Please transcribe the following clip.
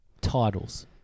titles